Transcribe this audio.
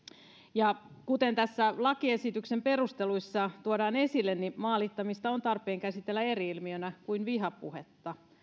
ja kuten näissä lakiesityksen perusteluissa tuodaan esille niin maalittamista on tarpeen käsitellä eri ilmiönä kuin vihapuhetta